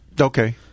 Okay